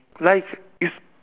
like it's